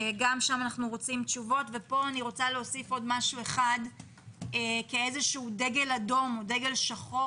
אני רוצה להוסיף איזשהו דגל אדום או דגל שחור